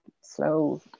slow